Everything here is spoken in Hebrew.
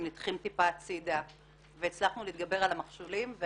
נדחים טיפה הצידה והצלחנו להתגבר על המכשולים.